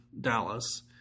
dallas